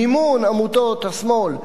מימון עמותות השמאל,